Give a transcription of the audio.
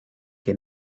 que